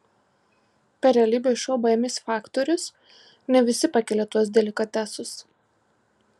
per realybės šou baimės faktorius ne visi pakelia tuos delikatesus